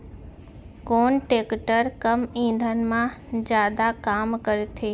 कोन टेकटर कम ईंधन मा जादा काम करथे?